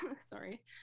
sorry